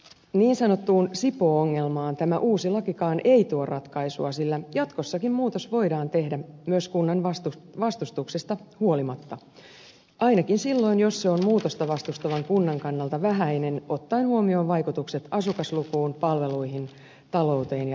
niin sanottuun sipoo ongelmaan tämä uusi lakikaan ei tuo ratkaisua sillä jatkossakin muutos voidaan tehdä myös kunnan vastustuksesta huolimatta ainakin silloin jos se on muutosta vastustavan kunnan kannalta vähäinen ottaen huomioon vaikutukset asukaslukuun palveluihin talouteen ja elinkeinotoimintaan